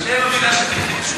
שב בפינה שלך.